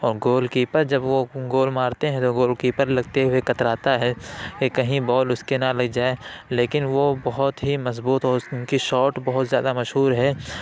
اور goal keeper جب وہ گول مارتے ہیں تو گول کیپر لگتے ہوئے کتراتا ہے کہ کہیں بال اس کے نہ لگ جائے لیکن وہ بہت ہی مضبوط اور ان کی شاٹ بہت زیادہ مشہور ہے